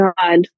god